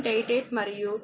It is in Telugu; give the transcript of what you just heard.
703